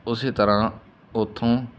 ਉਸੇ ਤਰ੍ਹਾਂ ਉਥੋਂ